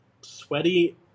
sweaty